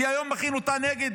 כי היום הכינו אותה נגד